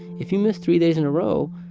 if you miss three days in a row,